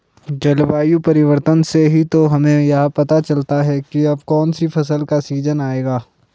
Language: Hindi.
जलवायु परिवर्तन से ही तो हमें यह पता चलता है की अब कौन सी फसल का सीजन आयेगा